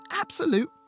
absolute